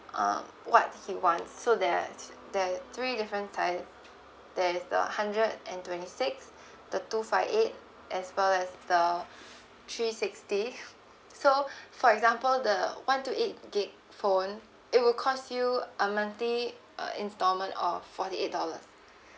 um what he wants so there~ there is three different type there is the hundred and twenty six the two five eight as well as the three sixty so for example the one two eight gig phone it will cost you a monthly uh installment of forty eight dollars